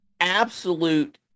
Absolute